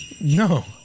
No